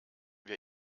wir